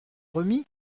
remis